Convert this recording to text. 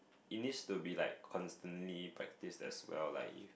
it needs to be like constantly practiced as well like you